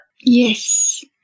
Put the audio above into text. Yes